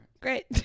Great